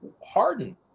Harden